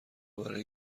برای